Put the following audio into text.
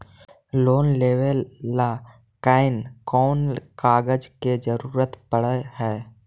Loan लेबे ल कैन कौन कागज के जरुरत पड़ है?